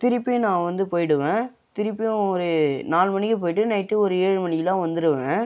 திருப்பி நான் வந்து போயிவிடுவேன் திருப்பியும் ஒரு நாலு மணிக்கு போய்விட்டு நைட்டு ஒரு ஏழு மணிக்குலாம் வந்துருவேன்